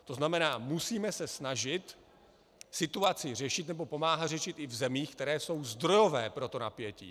To znamená, musíme se snažit situaci řešit, nebo pomáhat řešit i v zemích, které jsou zdrojové pro to napětí.